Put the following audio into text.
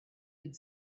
could